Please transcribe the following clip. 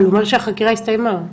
אבל נאמר שהחקירה הסתיימה.